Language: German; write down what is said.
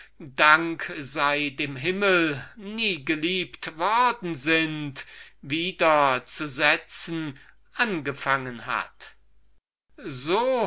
dank sei dem himmel nie geliebt worden sind wieder zu setzen angefangen hat